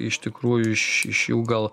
iš tikrųjų iš iš jų gal